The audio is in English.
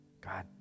God